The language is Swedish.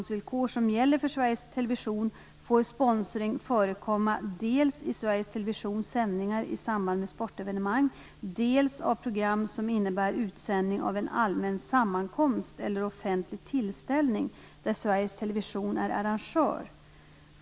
Sveriges Television är arrangör.